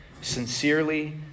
Sincerely